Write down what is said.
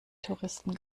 touristen